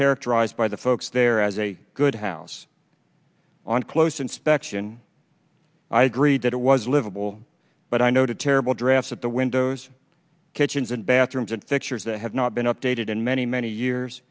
characterized by the folks there as a good house on close inspection i agreed that it was livable but i noted terrible drafts of the windows kitchens and bathrooms and fixtures that have not been updated in many many years